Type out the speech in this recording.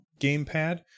gamepad